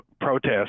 protests